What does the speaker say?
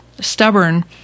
stubborn